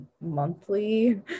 monthly